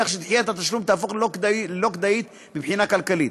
כך שדחיית התשלום תהפוך ללא כדאית מבחינה כלכלית.